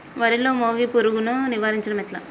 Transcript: వరిలో మోగి పురుగును నివారించడం ఎట్లా?